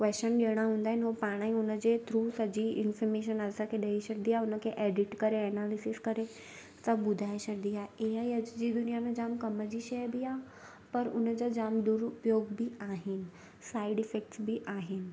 question ॾियणा हूंदा आहिनि उहो पाण ई हुन जे थ्रू सॼी इंफ़ॉमेशन असांखे ॾेई छॾींदी आहे हुनखे एडिट करे एनालिसिस करे सभु ॿुधाए छॾंदी आहे ए आई अॼु जी दुनिया में जाम कमु जी शइ बि आहे पर हुन जा जाम दुरूउपयोग बि आहिनि साइड इफ़ेक्टस बि आहिनि